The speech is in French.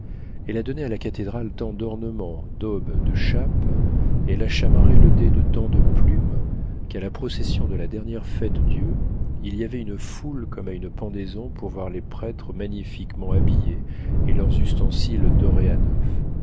elle a donné à la cathédrale tant d'ornements d'aubes de chapes elle a chamarré le dais de tant de plumes qu'à la procession de la dernière fête-dieu il y avait une foule comme à une pendaison pour voir les prêtres magnifiquement habillés et leurs ustensiles dorés à